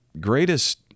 greatest